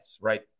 right